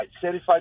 certified